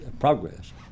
progress